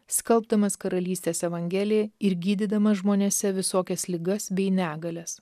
skalbdamas karalystės evangeliją ir gydydamas žmonėse visokias ligas bei negalias